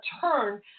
turn